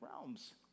realms